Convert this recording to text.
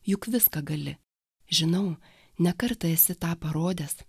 juk viską gali žinau ne kartą esi tą parodęs